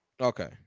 Okay